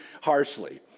harshly